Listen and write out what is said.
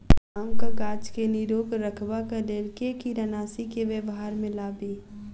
आमक गाछ केँ निरोग रखबाक लेल केँ कीड़ानासी केँ व्यवहार मे लाबी?